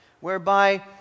whereby